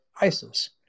ISIS